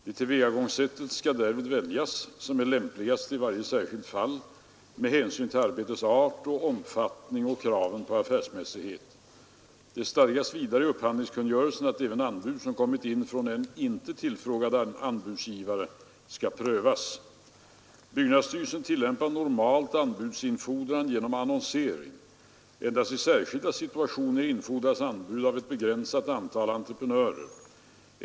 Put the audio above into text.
Det tillvägagångssättet skall därvid väljas som är lämpligast i varje särskilt fall med hänsyn till arbetets art och omfattning samt kravet på affärsmässighet. Det stadgas vidare i upphandlingskungörelsen att även anbud som kommit in från en inte tillfrågad anbudsgivare skall prövas. Byggnadsstyrelsen tillämpar normalt anbudsinfordran genom annonsering. Endast i särskilda situationer infordras anbud av ett begränsat antal entreprenörer.